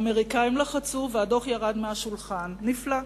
האמריקנים לחצו והדוח ירד מהשולחן, נפלא.